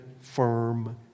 firm